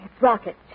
Rocket